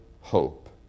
hope